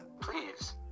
please